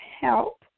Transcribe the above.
help